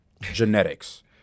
genetics